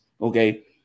okay